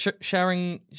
sharing